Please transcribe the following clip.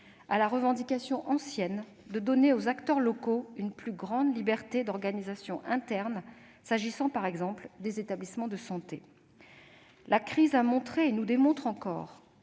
à la revendication ancienne des acteurs locaux, qui souhaitent disposer d'une plus grande liberté d'organisation interne, s'agissant par exemple des établissements de santé. La crise a montré, et nous démontre encore,